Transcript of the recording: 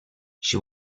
she